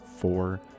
four